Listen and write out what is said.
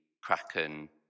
Kraken